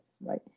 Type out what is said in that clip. right